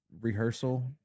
rehearsal